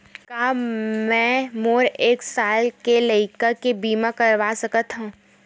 का मै मोर एक साल के लइका के बीमा करवा सकत हव?